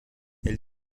elle